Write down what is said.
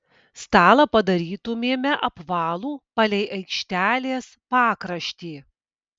stalą padarytumėme apvalų palei aikštelės pakraštį